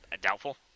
doubtful